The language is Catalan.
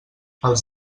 els